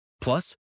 Plus